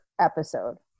episode